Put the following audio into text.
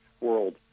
world